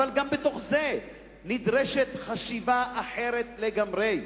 אבל אני סבור שגם בזה נדרשת חשיבה אחרת לגמרי.